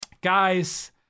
Guys